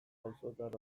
auzotar